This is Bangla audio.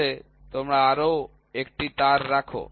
তাহলে তোমরা আরও একটি তার রাখ